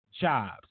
jobs